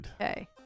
Okay